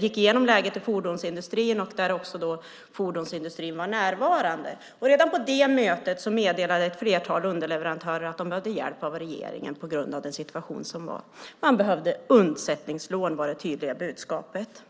igenom läget i fordonsindustrin. Då var också fordonsindustrin närvarande. Redan på det mötet meddelade ett flertal underleverantörer att de behövde hjälp av regeringen på grund av den situation som rådde. De behövde undsättningslån; det var det tydliga budskapet.